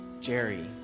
Jerry